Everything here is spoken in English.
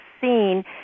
seen